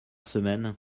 semaine